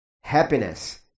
happiness